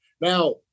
Now